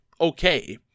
okay